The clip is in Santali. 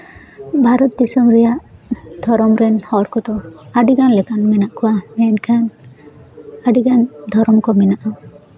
ᱵᱷᱟᱨᱚᱛ ᱫᱤᱥᱚᱢ ᱨᱮᱭᱟᱜ ᱫᱷᱚᱨᱚᱢ ᱨᱮᱱ ᱦᱚᱲ ᱠᱚᱫᱚ ᱟᱹᱰᱤᱜᱟᱱ ᱞᱮᱠᱟᱱ ᱢᱮᱱᱟᱜ ᱠᱚᱣᱟ ᱢᱮᱱᱠᱷᱟᱱ ᱟᱹᱰᱤᱜᱟᱱ ᱫᱷᱚᱨᱚᱢ ᱠᱚ ᱢᱮᱱᱟᱜᱼᱟ